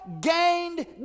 gained